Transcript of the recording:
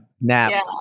Nap